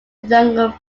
younger